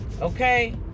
Okay